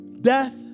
death